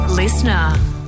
Listener